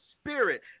spirit